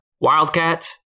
Wildcats